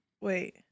wait